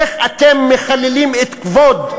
איך אתם מחללים את כבוד,